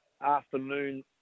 afternoon